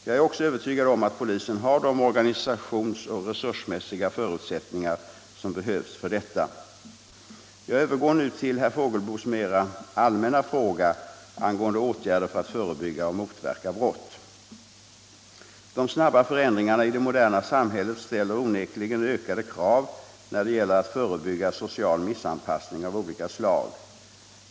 Jag är också övertygad om att polisen har de organisationsoch resursmässiga förutsättningar som behövs för detta. Jag övergår nu till herr Fågelsbos mer allmänna fråga angående åtgärder för att förebygga och motverka brott. De snabba förändringarna i det moderna samhället ställer onekligen ökade krav när det gäller att förebygga social missanpassning av olika slag.